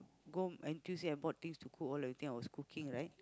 go home and Tuesday I bought things to cook a lot thing I was cooking right